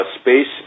space